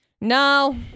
no